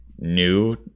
new